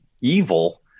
evil